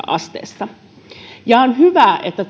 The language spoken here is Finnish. asteessa ja on hyvä että